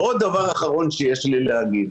ועוד דבר אחרון שיש לי להגיד,